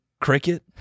Cricket